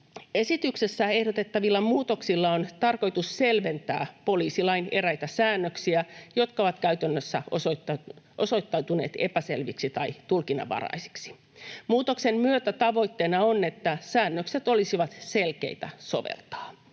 Esityksessä ehdotettavilla muutoksilla on tarkoitus selventää poliisilain eräitä säännöksiä, jotka ovat käytännössä osoittautuneet epäselviksi tai tulkinnanvaraisiksi. Muutoksen myötä tavoitteena on, että säännökset olisivat selkeitä soveltaa.